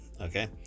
okay